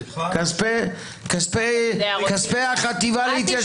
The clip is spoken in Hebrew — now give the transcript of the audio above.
כספי החטיבה להתיישבות.